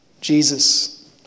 Jesus